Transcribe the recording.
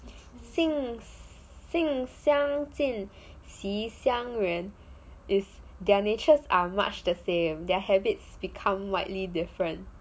性相近习相远 is their natures are much the same their habits become widely different